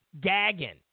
gagging